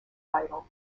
vital